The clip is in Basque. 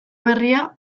berria